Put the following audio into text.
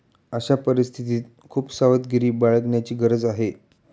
अशा परिस्थितीत खूप सावधगिरी बाळगण्याची गरज आहे